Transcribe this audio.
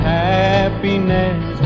happiness